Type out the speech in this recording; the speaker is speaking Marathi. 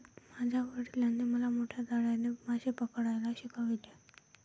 माझ्या वडिलांनी मला मोठ्या जाळ्याने मासे पकडायला शिकवले